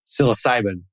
psilocybin